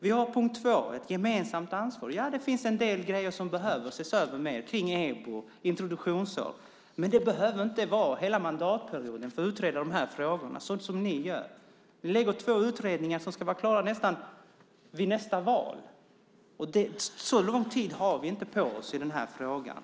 Vi har ett gemensamt ansvar. Det finns en del grejer som behöver ses över mer, EBO och introduktionsår. Men det behöver inte ta hela mandatperioden att utreda de frågorna, som ni gör. Ni tillsätter två utredningar som ska vara klara nästan vid nästa val. Så lång tid har vi inte på oss i den här frågan.